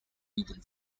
even